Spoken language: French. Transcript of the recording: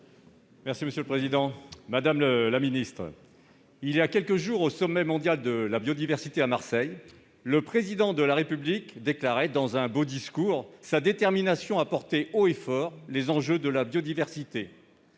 secrétaire d'État chargée de la biodiversité, il y a quelques jours, au sommet mondial de la biodiversité à Marseille, le Président de la République déclarait dans un beau discours sa détermination à porter haut et fort les enjeux de la biodiversité.